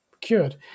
cured